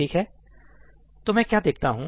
ठीक है तो मैं क्या देखता हूं